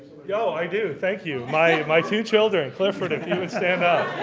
you know i do. thank you. my my two children. clifford, if you would stand up.